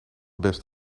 best